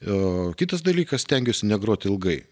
o kitas dalykas stengiuosi negroti ilgai